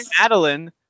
Madeline